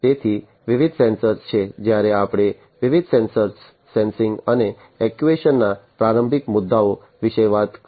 તેથી વિવિધ સેન્સર્સ છે જ્યારે આપણે વિવિધ સેન્સર્સ સેન્સિંગ અને એક્ટ્યુએશનના પ્રારંભિક મુદ્દાઓ વિશે વાત કરી